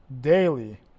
daily